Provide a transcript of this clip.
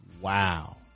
Wow